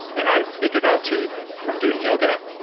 and i figured out too, from doing yoga,